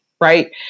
right